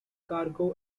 cargo